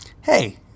Hey